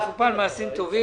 לחופה ולמעשים טובים,